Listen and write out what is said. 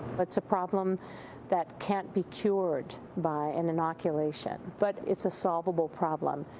but it's a problem that can't be cured by an inoculation. but it's a solvable problem.